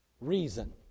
reason